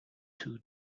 two